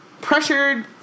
pressured